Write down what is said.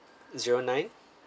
zero nine